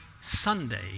Sunday